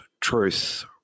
truth